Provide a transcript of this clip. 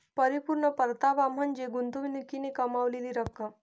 परिपूर्ण परतावा म्हणजे गुंतवणुकीने कमावलेली रक्कम